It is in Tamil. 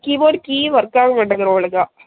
கீபோர்டு கீயும் ஒர்க் ஆக மாட்டேங்கிது ஒழுங்கா